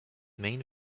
main